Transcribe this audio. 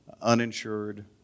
uninsured